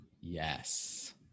yes